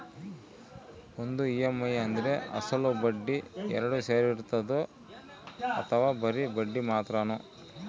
ಒಂದು ಇ.ಎಮ್.ಐ ಅಂದ್ರೆ ಅಸಲು ಮತ್ತೆ ಬಡ್ಡಿ ಎರಡು ಸೇರಿರ್ತದೋ ಅಥವಾ ಬರಿ ಬಡ್ಡಿ ಮಾತ್ರನೋ?